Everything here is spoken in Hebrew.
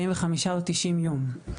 45 או 90 ימים.